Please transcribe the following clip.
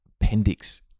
appendix